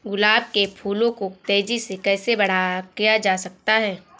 गुलाब के फूलों को तेजी से कैसे बड़ा किया जा सकता है?